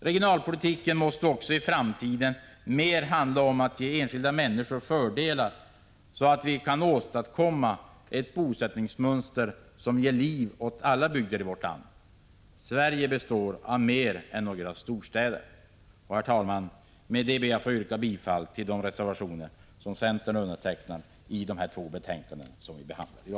Regionalpolitiken måste i framtiden mer handla om att ge enskilda människor fördelar, så att vi kan åstadkomma ett bosättningsmönster som ger liv åt alla bygder i vårt land. Sverige består av mer än några storstäder. Herr talman! Med detta ber jag att få yrka bifall till de reservationer som centern har undertecknat i de två betänkanden som behandlas nu.